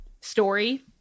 story